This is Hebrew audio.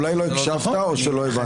אולי לא הקשבת או שלא הבנת.